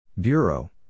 Bureau